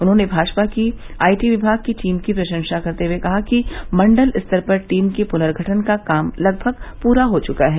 उन्होंने भाजपा की आईटी विमाग की टीम की प्रशंसा करते हुए कहा कि मंडल स्तर पर टीम के पुर्नर्गठन का काम लगभग पूरा हो चुका है